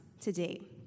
today